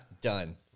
Done